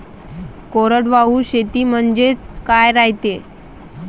कोरडवाहू शेती म्हनजे का रायते?